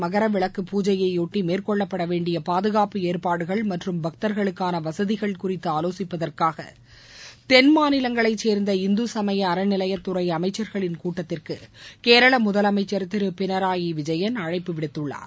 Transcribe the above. மகரவிளக்கு பூஜையைபொட்டி மேற்கொள்ளப்பட வேண்டிய பாதுகாப்பு ஏற்பாடுகள் மற்றம் பக்தர்களுக்கான வசதிகள் குறித்து ஆலோசிப்பதற்காக தென் மாநிலங்களைச் சேர்ந்த இந்துசமய அறநிலையத்துறை அமைச்சர்களின் கூட்டத்திற்கு கேரள முதலமைச்சர் திரு பினராயி விஜயன் அழைப்பு விடுத்துள்ளார்